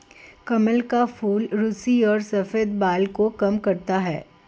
कमल का फूल रुसी और सफ़ेद बाल को कम करता है